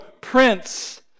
prince